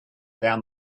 down